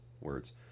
words